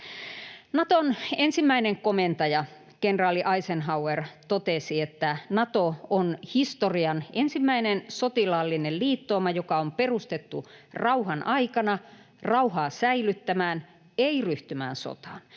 Naton ensimmäinen komentaja, kenraali Eisenhower totesi, että Nato on historian ensimmäinen sotilaallinen liittouma, joka on perustettu rauhan aikana rauhaa säilyttämään, ei ryhtymään sotaan.